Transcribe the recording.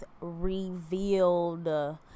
Revealed